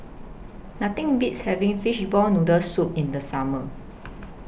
Nothing Beats having Fishball Noodle Soup in The Summer